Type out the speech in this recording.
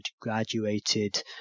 graduated